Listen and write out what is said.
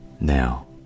Now